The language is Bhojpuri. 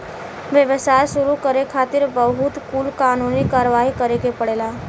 व्यवसाय शुरू करे खातिर बहुत कुल कानूनी कारवाही करे के पड़ेला